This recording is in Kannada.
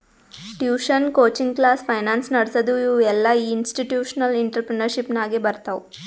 ಟ್ಯೂಷನ್, ಕೋಚಿಂಗ್ ಕ್ಲಾಸ್, ಫೈನಾನ್ಸ್ ನಡಸದು ಇವು ಎಲ್ಲಾಇನ್ಸ್ಟಿಟ್ಯೂಷನಲ್ ಇಂಟ್ರಪ್ರಿನರ್ಶಿಪ್ ನಾಗೆ ಬರ್ತಾವ್